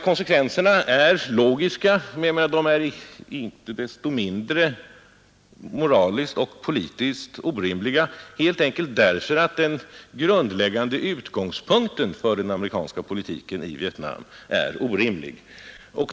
Konsekvenserna är logiska, men de är inte desto mindre moraliskt och politiskt orimliga, helt enkelt därför att den grundläggande utgångspunkten för den amerikanska politiken i Vietnam är orimlig.